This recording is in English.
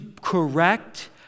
correct